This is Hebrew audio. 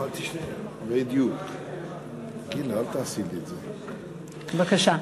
בבקשה.